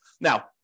Now